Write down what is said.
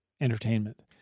entertainment